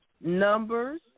Numbers